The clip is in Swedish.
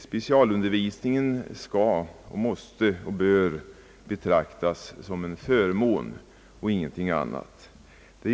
Specialundervisningen bör och skall betraktas som en förmån för eleverna och ingenting annat.